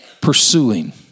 pursuing